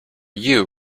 you